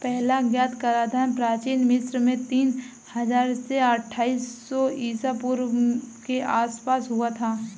पहला ज्ञात कराधान प्राचीन मिस्र में तीन हजार से अट्ठाईस सौ ईसा पूर्व के आसपास हुआ था